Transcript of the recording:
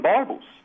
Bibles